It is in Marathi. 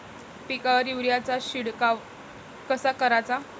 पिकावर युरीया चा शिडकाव कसा कराचा?